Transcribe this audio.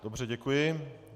Dobře, děkuji.